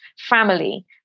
family